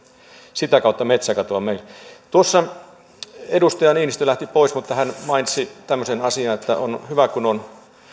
sitä kautta metsäkatoa meille edustaja niinistö lähti pois mutta hän mainitsi tämmöisen asian että on hyvä kun on